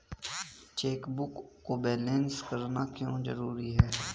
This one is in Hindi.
चेकबुक को बैलेंस करना क्यों जरूरी है?